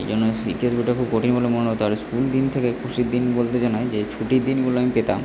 এই জন্য ইতিহাস বইটা খুব কঠিন বলে মনে হতো আর স্কুল দিন থেকে খুশির দিন বলতে জানাই যে ছুটির দিনগুলো আমি পেতাম